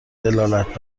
دلالت